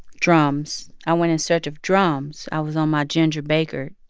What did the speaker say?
drums. i went in search of drums. i was on my ginger baker.